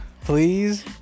please